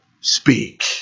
speak